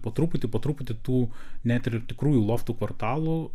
po truputį po truputį tų net ir tikrųjų loftų kvartalo